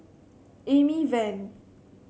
Amy Van